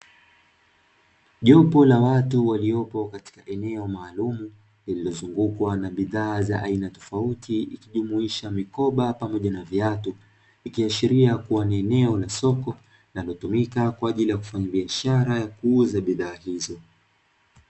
Jopo la watu waliopo katika eneo maalumu, lililozungukwa na bidhaa za aina tofauti, ikijumuisha mikoba pamoja na viatu. Likiashiria kuwa ni eneo la soko linalotumika kwa ajili ya kufanya biashara ya kuuza bidhaa hizo.